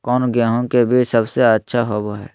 कौन गेंहू के बीज सबेसे अच्छा होबो हाय?